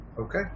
Okay